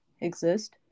exist